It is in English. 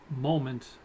moment